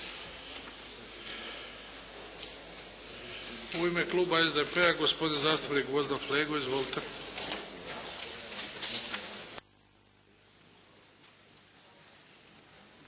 U ime kluba SDP-a, gospodin zastupnik Gvozden Flego. Izvolite.